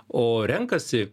o renkasi